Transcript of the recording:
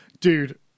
dude